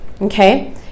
okay